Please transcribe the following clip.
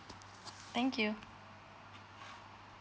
thank you